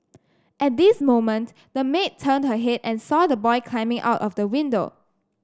at this moment the maid turned her head and saw the man's coming out of the window